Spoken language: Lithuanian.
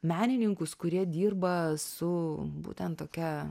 menininkus kurie dirba su būtent tokia